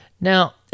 Now